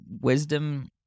wisdom